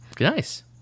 Nice